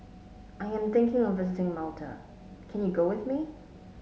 I am thinking of visiting Malta can you go with me